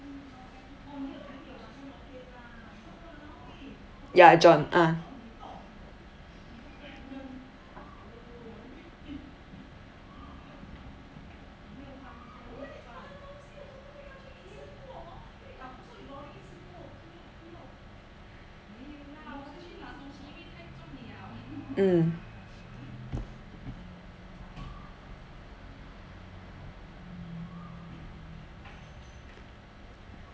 ya john ah mm